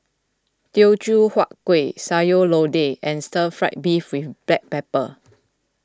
Teochew Huat Kueh Sayur Lodeh and Stir Fry Beef with Black Pepper